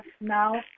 now